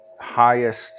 highest